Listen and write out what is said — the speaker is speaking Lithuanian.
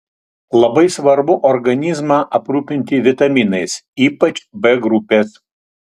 labai svarbu organizmą aprūpinti vitaminais ypač b grupės